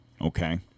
Okay